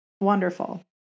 Wonderful